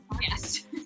Yes